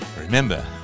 Remember